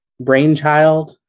brainchild